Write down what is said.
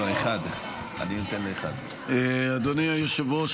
אדוני היושב-ראש,